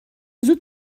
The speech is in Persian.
زود